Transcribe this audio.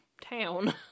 town